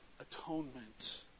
atonement